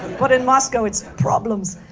but in moscow, it's problems.